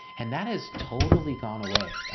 and that has totally gone away.